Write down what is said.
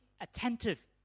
attentive